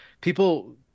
people